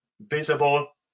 visible